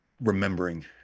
remembering